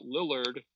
Lillard